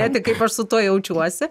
tai kaip aš su tuo jaučiuosi